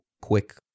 quick